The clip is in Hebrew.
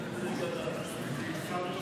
מצביעה אביגדור